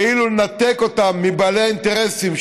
כאילו לנתק אותן מבעלי האינטרסים,